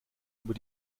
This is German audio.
über